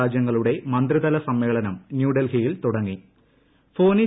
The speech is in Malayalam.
രാജൃങ്ങളുടെ മന്ത്രിത്തല് സ്മ്മേളനം ന്യൂഡൽഹിയിൽ തുടങ്ങി